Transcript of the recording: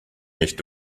nicht